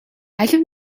алив